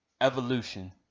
evolution